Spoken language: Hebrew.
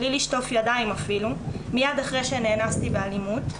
בלי לשטוף ידיים אפילו מיד אחרי שנאנסתי באלימות,